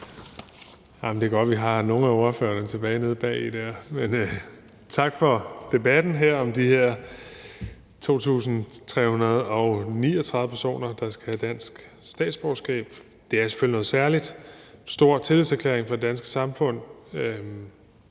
Det er godt, at der sidder nogle ordførere tilbage nede bagved, men tak for debatten om de her 2.339 personer, der skal have dansk statsborgerskab. Det er selvfølgelig noget særligt – en stor tillidserklæring fra det danske samfund